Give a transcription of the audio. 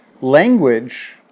language